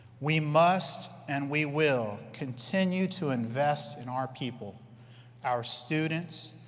we must and we will continue to invest in our people our students,